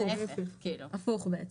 הפוך.